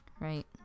right